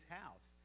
house